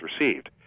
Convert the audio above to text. received